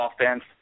offense